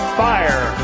fire